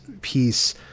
piece